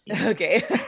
Okay